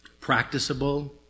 Practicable